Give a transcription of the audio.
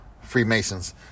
Freemasons